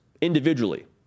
individually